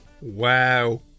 Wow